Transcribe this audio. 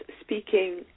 speaking